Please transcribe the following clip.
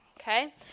okay